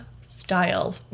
style